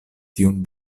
tiun